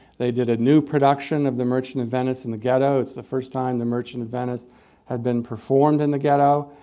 they did a new production of the merchant of venice in the ghetto. it's the first time the merchant of venice had been performed in the ghetto,